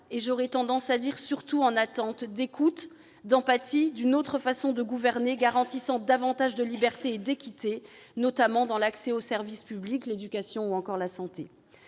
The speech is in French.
et j'ai tendance à dire surtout, en attente d'écoute, d'empathie, d'une autre façon de gouverner garantissant davantage de libertés et d'équité, notamment dans l'accès aux services publics, qu'il s'agisse de l'éducation ou de la santé.